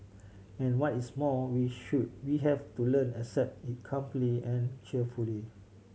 and what is more we should we have to learn accept it calmly and cheerfully